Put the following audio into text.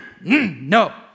no